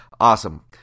Awesome